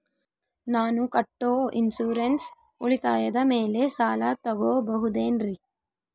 ನಾನು ಕಟ್ಟೊ ಇನ್ಸೂರೆನ್ಸ್ ಉಳಿತಾಯದ ಮೇಲೆ ಸಾಲ ತಗೋಬಹುದೇನ್ರಿ?